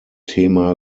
thema